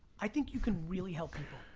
i think you can really help people.